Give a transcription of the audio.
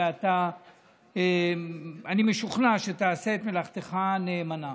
ואני משוכנע שתעשה את מלאכתך נאמנה.